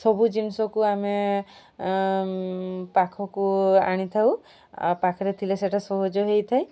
ସବୁ ଜିନିଷକୁ ଆମେ ପାଖକୁ ଆଣିଥାଉ ଆଉ ପାଖରେ ଥିଲେ ସେଇଟା ସହଜ ହୋଇଥାଏ